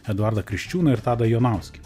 eduardą kriščiūną ir tadą jonauskį